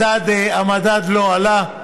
המדד לא עלה.